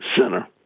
Center